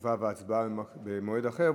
שהתשובה וההצבעה בהם הן במועד אחר,